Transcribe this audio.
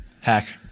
Hack